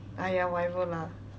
!aiya! whatever lah